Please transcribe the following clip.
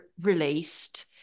released